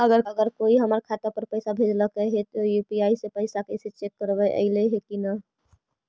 अगर कोइ हमर खाता पर पैसा भेजलके हे त यु.पी.आई से पैसबा कैसे चेक करबइ ऐले हे कि न?